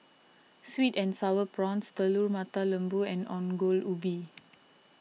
Sweet and Sour Prawns Telur Mata Lembu and Ongol Ubi